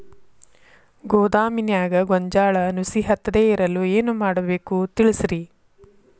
ಗೋದಾಮಿನ್ಯಾಗ ಗೋಂಜಾಳ ನುಸಿ ಹತ್ತದೇ ಇರಲು ಏನು ಮಾಡಬೇಕು ತಿಳಸ್ರಿ